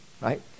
right